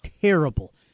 terrible